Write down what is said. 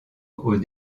aux